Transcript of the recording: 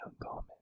uncommon